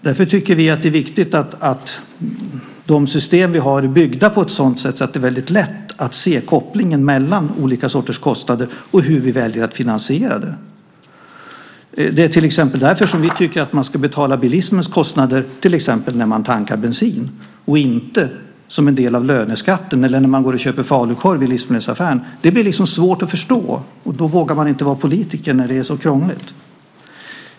Vi tycker därför att det är viktigt att de system vi har är byggda på ett sådant sätt att det är väldigt lätt att se kopplingen mellan olika sorters kostnader och hur vi väljer att finansiera dem. Det är därför som vi tycker att man ska betala bilismens kostnader till exempel när man tankar bensin och inte som en del av löneskatten eller när man går och köper falukorv i livsmedelsaffären. Det blir liksom svårt att förstå, och då vågar man inte vara politiker när det är så krångligt.